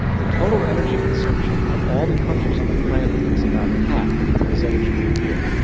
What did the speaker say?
the total energy consumption of all the countries on the planet is about half of a zetajule a year.